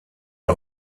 der